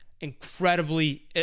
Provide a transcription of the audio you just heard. Incredibly